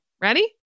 Ready